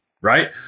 right